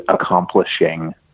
accomplishing